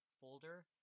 folder